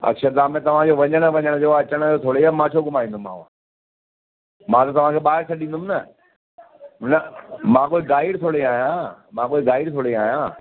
अक्षरधाम में तव्हांजो वञण वञण जो आहे अचनि जो थोरी आहे मां छो घुमाईंदोमाव मां त तव्हांखे ॿाहिरि छॾीदुमि न न मां कोई गाइड थोरी आहियां मां कोई गाइड थोरी आहियां